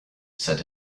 said